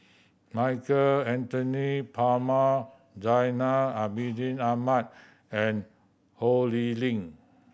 Michael Anthony Palmer Zainal Abidin Ahmad and Ho Lee Ling